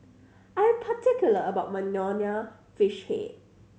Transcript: I am particular about my Nonya Fish Head